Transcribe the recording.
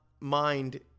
mind